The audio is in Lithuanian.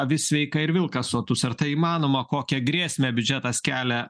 avis sveika ir vilkas sotus ar tai įmanoma kokią grėsmę biudžetas kelia